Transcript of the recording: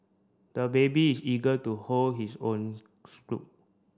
the baby is eager to hold his own